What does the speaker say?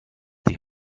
die